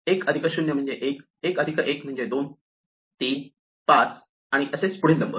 1 अधिक 0 म्हणजे 1 1 अधिक 1 म्हणजे 2 3 5 आणि असेच पुढील नंबर